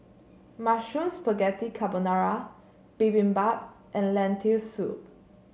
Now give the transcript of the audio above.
Mushroom Spaghetti Carbonara Bibimbap and Lentil Soup